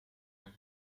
and